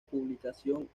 publicación